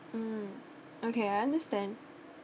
mm okay I understand